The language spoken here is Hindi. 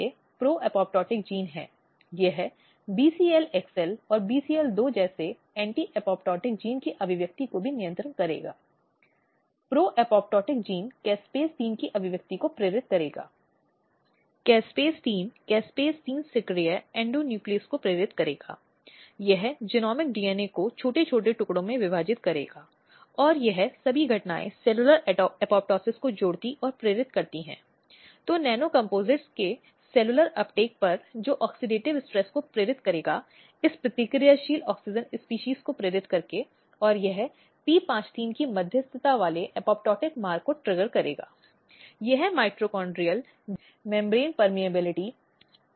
इसलिए उस तरीके से यह केवल एक दृष्टांत है कि इन सरकारी संस्थानो ने ने विभिन्न अंतरालों या विभिन्न कमजोर बिंदुओं को संबोधित करने के लिए वर्षों से पर्याप्त पहल की है जो मौजूदा हैं और यह देखने के लिए कि महिलाओं के मुद्दों को प्रभावी ढंग से संबोधित किया जा सकता है